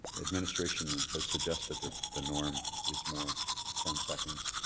administration has suggested the norm is more ten seconds.